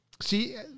see